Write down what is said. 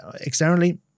externally